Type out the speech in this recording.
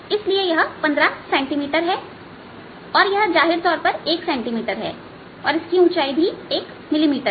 इसलिए यह 15 सेंटीमीटर है और यह जाहिर तौर पर 1 सेंटीमीटर है और इसकी ऊंचाई 1 मिलीमीटर है